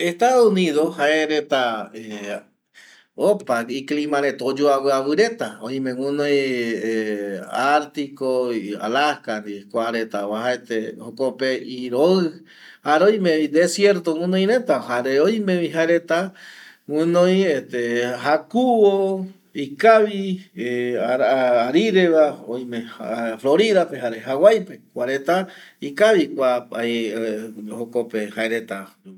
Estados Unidos jaereta opa iclima reta oyoavɨavɨ reta oime guɨnoi artiko, alaska ndie kuareta kua reta oajaete jokope iroɨ jare oimevi desierto guɨnoi reta jare oimevi jaereta guɨnoi jakuvo ikavi arireva oime floridape jare haguaipe kauereta ikavi kua jaereta yoguɨreko